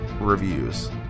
Reviews